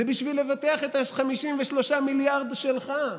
זה בשביל לבטח את 53 המיליארד שלך.